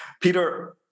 Peter